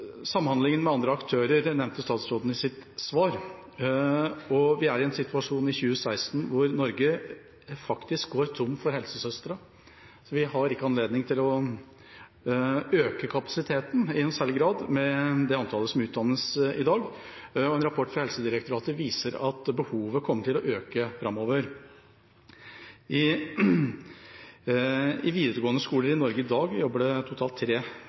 Samhandlingen med andre aktører, nevnte statsråden i sitt svar. Vi er i en situasjon i 2016 hvor Norge faktisk går tom for helsesøstre. Vi har ikke anledning til å øke kapasiteten i særlig grad med det antallet som utdannes i dag. En rapport fra Helsedirektoratet viser at behovet kommer til å øke framover. I videregående skoler i Norge i dag jobber det totalt tre